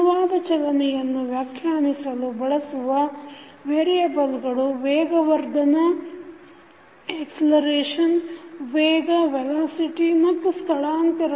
ಅನುವಾದ ಚಲನೆಯನ್ನು ವ್ಯಾಖ್ಯಾನಿಸಲು ಬಳಸುವ ವೇರಿಯೆಬಲ್ಗಳು ವೇಗವರ್ಧನ ವೇಗ ಮತ್ತು ಸ್ಥಳಾಂತರ